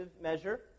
measure